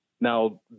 now